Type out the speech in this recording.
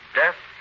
death